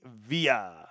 Via